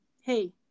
hey